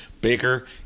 Baker